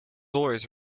always